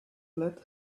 let